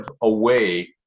away